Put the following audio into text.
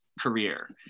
career